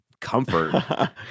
Comfort